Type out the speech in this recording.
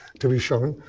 to be shown.